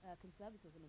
conservatism